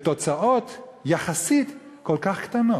ותוצאות יחסית כל כך קטנות.